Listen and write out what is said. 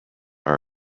are